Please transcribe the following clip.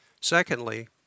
Secondly